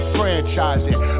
franchising